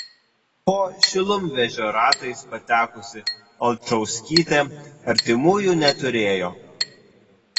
po šilumvežio ratais patekusi alčauskytė artimųjų neturėjo